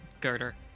girder